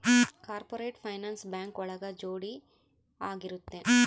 corporate finance bank ಒಳಗ ಜೋಡಿ ಆಗಿರುತ್ತೆ